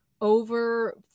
over